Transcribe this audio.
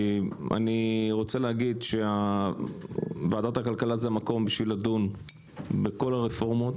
ואני רוצה להגיד שוועדת הכלכלה זה המקום בשביל לדון בכל הרפורמות,